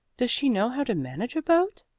does she know how to manage a boat?